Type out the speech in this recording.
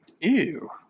Ew